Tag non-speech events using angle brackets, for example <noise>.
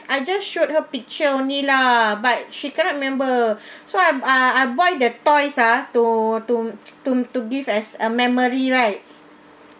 I just showed her picture only lah but she cannot remember <breath> so I'm ah I buy the toys ah to to <noise> to to give as a memory right